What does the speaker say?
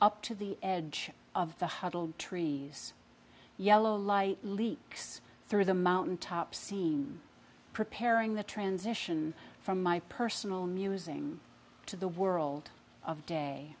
up to the edge of the huddle trees yellow light leaks through the mountain top seem preparing the transition from my personal musing to the world of day